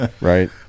right